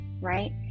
right